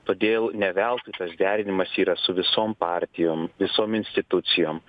todėl ne veltui tas derinimas yra su visom partijom visom institucijom